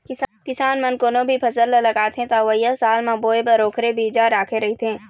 किसान मन कोनो भी फसल ल लगाथे त अवइया साल म बोए बर ओखरे बिजहा राखे रहिथे